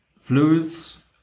fluids